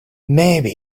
maybe